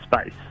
space